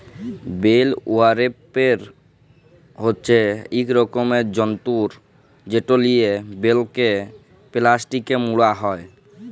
bell ওরাপের হছে ইক রকমের যল্তর যেট লিয়ে বেলকে পেলাস্টিকে মুড়া হ্যয়